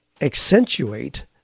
accentuate